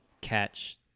catch